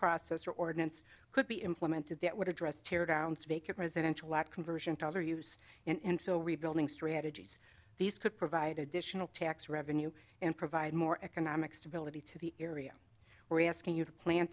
process or ordinance could be implemented that would address teardowns vacant residential and conversion to other use and so rebuilding strategies these could provide additional tax revenue and provide more economic stability to the area we're asking you to plan